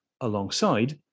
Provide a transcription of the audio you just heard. alongside